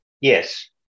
Yes